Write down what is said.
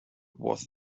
was